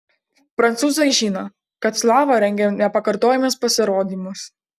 prancūzai žino kad slava rengia nepakartojamus pasirodymus